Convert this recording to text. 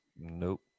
Nope